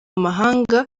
mahanga